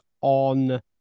on